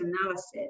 analysis